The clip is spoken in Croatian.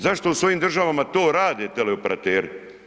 Zašto u svojim državama to rade teleoperateri?